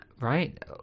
right